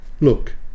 look